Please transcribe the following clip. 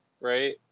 right